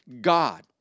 God